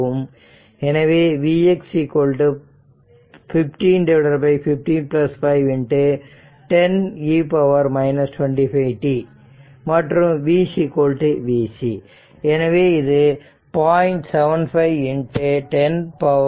எனவே Vx 1515 5 10 e 25t மற்றும் v v c எனவே இது 0